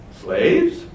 Slaves